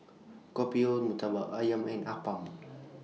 Kopi O Murtabak Ayam and Appam